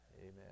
Amen